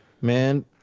Man